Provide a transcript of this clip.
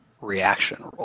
reaction